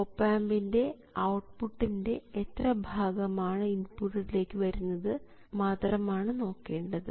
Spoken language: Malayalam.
ഓപ് ആമ്പിൻറെ സ്വന്തം ഔട്ട്പുട്ടിൻറെ എത്ര ഭാഗമാണ് ഇൻപുട്ടിലേക്ക് വരുന്നതെന്ന് മാത്രമാണ് നോക്കേണ്ടത്